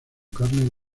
carne